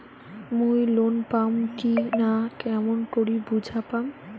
মুই লোন পাম কি না কেমন করি বুঝা পাম?